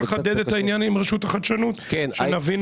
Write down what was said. לחדד את העניין עם רשות החדשנות שנבין,